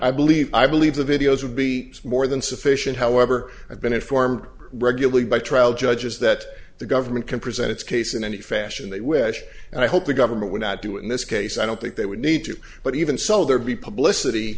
i believe i believe the videos would be more than sufficient however i've been informed regularly by trial judges that the government can present its case in any fashion they wish and i hope the government would not do it in this case i don't think they would need to but even so there be publi